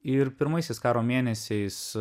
ir pirmaisiais karo mėnesiais